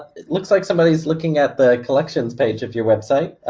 it looks like somebody is looking at the collections page of your website.